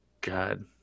God